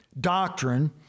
doctrine